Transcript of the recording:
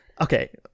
Okay